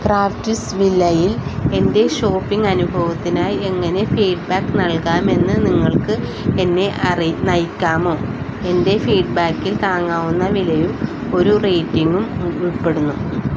crafts വില്ലയില് എൻ്റെ shopping അനുഭവത്തിനായി എങ്ങനെ ഫീഡ്ബാക്ക് നൽകാമെന്നു നിങ്ങൾക്ക് എന്നെ നയിക്കാമോ എൻ്റെ ഫീഡ്ബാക്കിൽ താങ്ങാവുന്ന വിലയും ഒരു റേറ്റിംഗും ഉൾപ്പെടുന്നു